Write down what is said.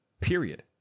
period